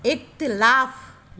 इख़्तिलाफ़ु